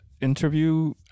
interview